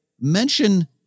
Mention